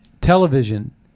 television